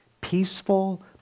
peaceful